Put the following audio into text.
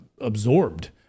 absorbed